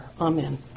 amen